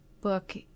book